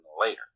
later